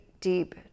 deep